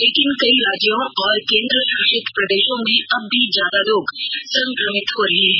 लेकिन कई राज्यों और केन्द्रशासित प्रदेशों में अब भी ज्यादा लोग संक्रमित हो रहे हैं